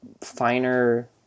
finer